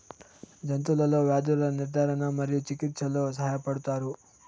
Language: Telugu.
జంతువులలో వ్యాధుల నిర్ధారణ మరియు చికిత్చలో సహాయపడుతారు